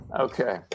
Okay